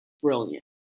brilliant